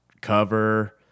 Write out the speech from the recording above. cover